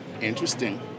Interesting